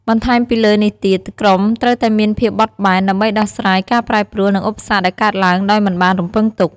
បន្ថែមពីលើនេះទៀត ក្រុមត្រូវតែមានភាពបត់បែន ដើម្បីដោះស្រាយការប្រែប្រួល និងឧបសគ្គដែលកើតឡើងដោយមិនបានរំពឹងទុក។